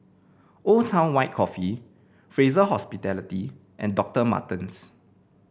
Old Town White Coffee Fraser Hospitality and Dovtor Martens